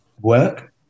work